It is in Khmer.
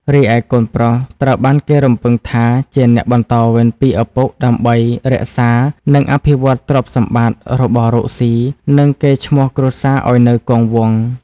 រីឯកូនប្រុសត្រូវបានគេរំពឹងថាជាអ្នកបន្តវេនពីឪពុក ដើម្បីរក្សា និងអភិវឌ្ឍទ្រព្យសម្បត្តិ របររកស៊ី និងកេរ្តិ៍ឈ្មោះគ្រួសារឱ្យនៅគង់វង្ស។